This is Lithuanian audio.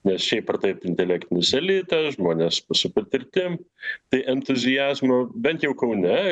nes šiaip ar taip intelektinis elitas žmonės su patirtim tai entuziazmo bent jau kaune